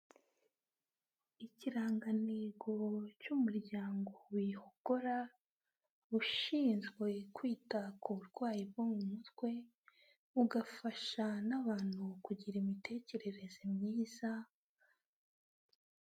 Ikirangantego cy'umuryango wiyihogora ushinzwe kwita ku burwayi bwo mu mutwe, bugafasha n'abantu kugira imitekerereze myiza.